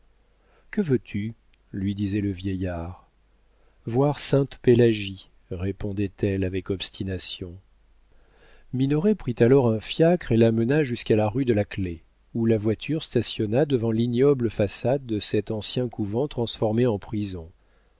que veux-tu lui disait le vieillard voir sainte-pélagie répondait-elle avec obstination minoret prit alors un fiacre et la mena jusqu'à la rue de la clef où la voiture stationna devant l'ignoble façade de cet ancien couvent transformé en prison